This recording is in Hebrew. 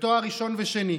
ותואר ראשון ושני,